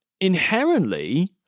Inherently